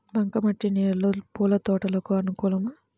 బంక మట్టి నేలలో పూల తోటలకు అనుకూలమా?